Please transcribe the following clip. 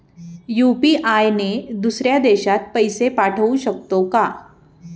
UPI ने दुसऱ्या देशात पैसे पाठवू शकतो का?